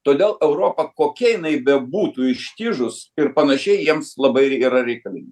todėl europa kokia jinai bebūtų ištižus ir panašiai jiems labai yra reikalin